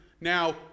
now